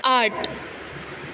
आठ